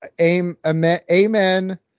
Amen